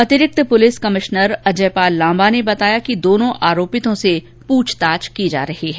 अंतिरिक्त police commissioner Ajaypal Lamba ने बताया कि दोनों आरोपितों से पूछताछ की जा रही है